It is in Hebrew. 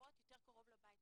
למסגרות יותר קרוב לבית.